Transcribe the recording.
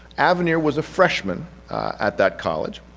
avenir was a freshman at that college,